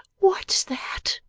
what's that